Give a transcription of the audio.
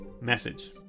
message